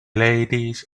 ladies